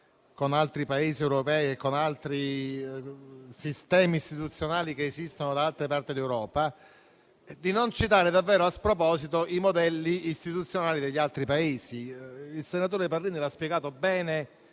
con altri Paesi europei e con altri sistemi istituzionali che esistono da altre parti d'Europa) di non citare a sproposito i modelli istituzionali degli altri Paesi. Il senatore Parrini ha citato gli